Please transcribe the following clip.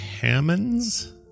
Hammonds